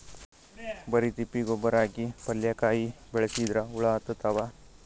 ಬರಿ ತಿಪ್ಪಿ ಗೊಬ್ಬರ ಹಾಕಿ ಪಲ್ಯಾಕಾಯಿ ಬೆಳಸಿದ್ರ ಹುಳ ಹತ್ತತಾವ?